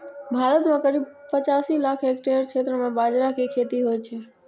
भारत मे करीब पचासी लाख हेक्टेयर क्षेत्र मे बाजरा के खेती होइ छै